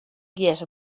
gjers